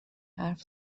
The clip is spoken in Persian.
حرف